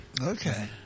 Okay